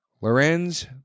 Lorenz